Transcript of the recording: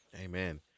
Amen